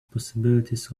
possibilities